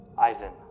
Ivan